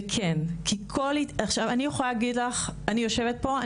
אני יושבת פה,